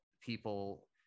people